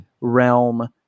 realm